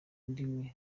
ndimi